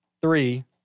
three